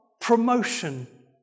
promotion